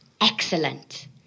Excellent